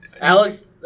Alex